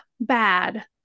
bad